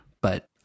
but-